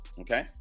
okay